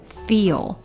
feel